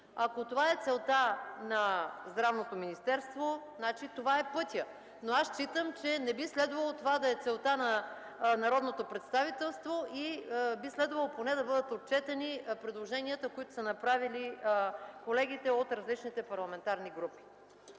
Ако това е целта на Здравното министерство, значи това е пътят. Аз считам, че не трябва това да е целта на народното представителство и би следвало поне да бъдат отчетени предложенията, които са направили колегите от различните парламентарни групи.